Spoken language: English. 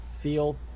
feel